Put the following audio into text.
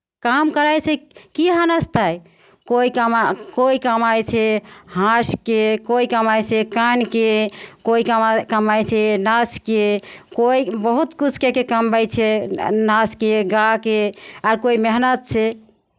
काम करै छै की हनस्तै कोइ कमा कोइ कमाइ छै हँसि कऽ कोइ कामाइ छै कानि कऽ कोइ कमाइ कामाइ छै नाचि कऽ कोइ बहुत कुछ कए कऽ कमबै छै नाँचि कऽ गाबि कऽ आर कोइ मेहनतसँ